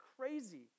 crazy